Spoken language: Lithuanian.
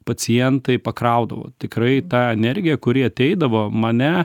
pacientai pakraudavo tikrai ta energija kuri ateidavo mane